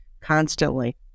constantly